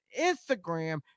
Instagram